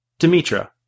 Demetra